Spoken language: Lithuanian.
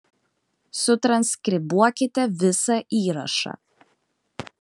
sutranskribuokite visą įrašą